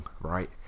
right